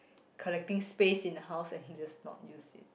collecting space in the house and just not use it